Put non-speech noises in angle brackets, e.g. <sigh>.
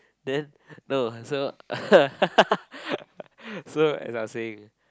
then no so <laughs> so as I was saying